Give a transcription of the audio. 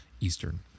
Eastern